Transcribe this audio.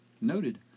noted